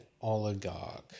oligarch